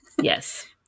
Yes